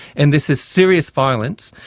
and this is serious violence,